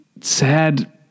sad